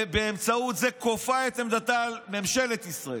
ובאמצעות זה כופה את עמדתה על ממשלת ישראל.